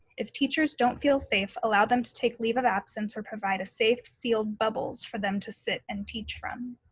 if teachers don't feel safe, allow them to take leave of absence or provide a safe, sealed bubbles for them to sit and teach from.